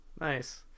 Nice